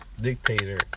dictator